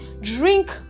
drink